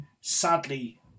sadly